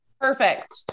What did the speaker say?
Perfect